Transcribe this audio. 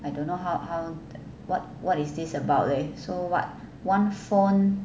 I don't know how how what what is this about leh so what one phone